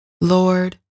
Lord